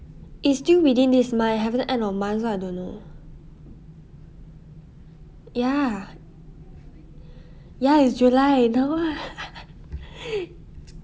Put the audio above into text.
is still within this month haven't end of month so I don't know ya ya is july !duh! lah